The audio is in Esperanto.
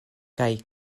kaj